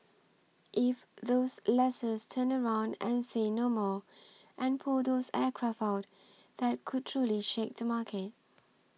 if those lessors turn around and say 'no more' and pull those aircraft out that could truly shake the market